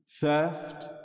theft